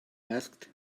asked